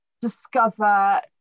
discover